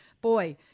Boy